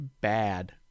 bad